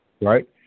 right